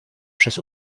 przez